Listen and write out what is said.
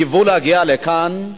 קיוו להגיע לכאן,